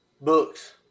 Books